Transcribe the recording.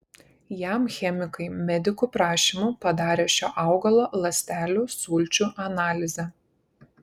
jam chemikai medikų prašymu padarė šio augalo ląstelių sulčių analizę